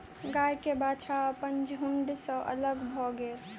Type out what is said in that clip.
गाय के बाछा अपन झुण्ड सॅ अलग भअ गेल